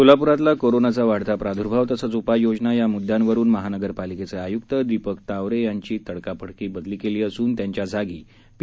सोलापूरातला कोरोनाचा वाढता प्राद्भाव तसंच उपाययोजना या मुद्द्यांवरुन महानगरपालिकेचे आयुक्त दीपक तावरे यांची तडकाफडकी बदली केली असून त्यांच्या जागी पी